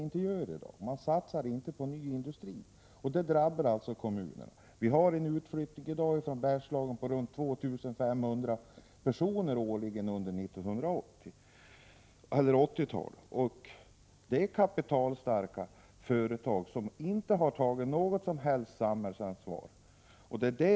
Det gör de inte i dag, och det drabbar kommunerna. Vi har haft en utflyttning från Bergslagen på runt 2 500 personer årligen under 1980-talet. Detta är kapitalstarka företag, som inte har tagit något som helst samhällsansvar.